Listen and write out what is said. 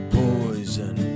poison